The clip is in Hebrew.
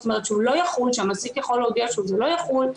כלומר לגביו המעסיק יכול להודיע שהוא לא יחול,